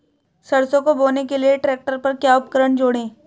सरसों को बोने के लिये ट्रैक्टर पर क्या उपकरण जोड़ें?